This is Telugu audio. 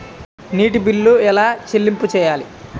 నీటి బిల్లు ఎలా చెల్లింపు చేయాలి?